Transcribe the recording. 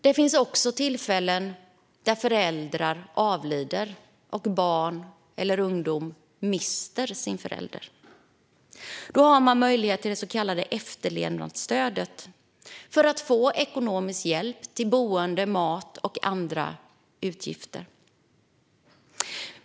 Det finns tillfällen då föräldrar avlider och barn och ungdomar mister sin förälder. Då har de möjlighet till det så kallade efterlevnadsstödet för att få ekonomisk hjälp till boende, mat och andra utgifter.